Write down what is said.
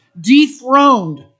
dethroned